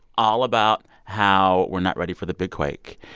all about how we're not ready for the big quake.